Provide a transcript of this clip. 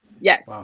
yes